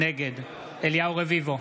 נגד אליהו רביבו,